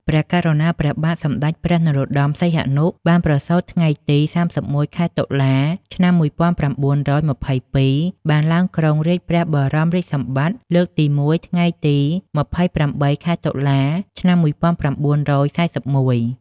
ព្រះករុណាព្រះបាទសម្ដេចព្រះនរោត្ដម សីហនុ បានប្រសូត ថ្ងៃទី៣១ ខែតុលា ឆ្នាំ១៩២២ បានឡើងគ្រងព្រះបរមរាជសម្បត្តិ លើកទី១ ថ្ងៃទី២៨ ខែតុលា ឆ្នាំ១៩៤១។